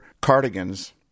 cardigans